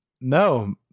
No